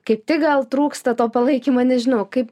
kaip tik gal trūksta to palaikymo nežinau kaip